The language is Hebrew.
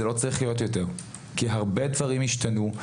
זה לא צריך להיות יותר כי הרבה דברים השתנו,